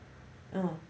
oh